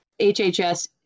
HHS